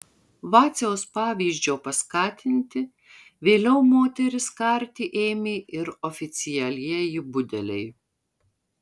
vaciaus pavyzdžio paskatinti vėliau moteris karti ėmė ir oficialieji budeliai